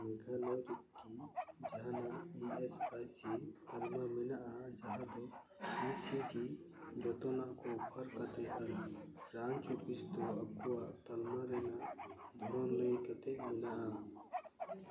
ᱢᱮᱜᱷᱟᱞᱚᱭ ᱨᱮᱠᱤ ᱡᱟᱦᱟᱱᱟᱜ ᱤ ᱮᱹᱥ ᱟᱭ ᱥᱤ ᱛᱟᱞᱢᱟ ᱢᱮᱱᱟᱜᱼᱟ ᱡᱟᱦᱟᱸ ᱫᱚ ᱤ ᱥᱤ ᱡᱤ ᱡᱚᱛᱚᱱᱟᱜ ᱠᱚ ᱚᱯᱷᱟᱨ ᱠᱟᱛᱮ ᱟᱨ ᱵᱨᱟᱸᱪ ᱚᱯᱷᱤᱥ ᱫᱚ ᱟᱠᱚᱣᱟᱜ ᱛᱟᱞᱢᱟ ᱨᱮᱱᱟᱜ ᱫᱷᱚᱨᱚᱱ ᱞᱟᱹᱭ ᱠᱟᱛᱮ ᱢᱮᱱᱟᱜᱼᱟ